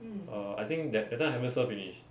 err I think that that time I haven't serve finish